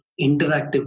interactive